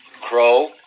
Crow